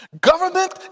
Government